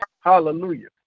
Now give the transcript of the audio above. Hallelujah